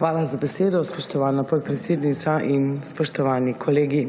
Hvala za besedo, spoštovana podpredsednica. Spoštovani kolegi!